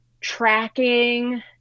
tracking